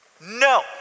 No